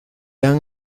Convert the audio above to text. han